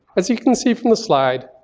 as you can see from the slide,